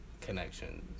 connections